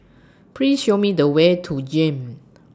Please Show Me The Way to Jem